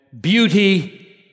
beauty